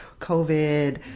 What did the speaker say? COVID